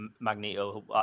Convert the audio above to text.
Magneto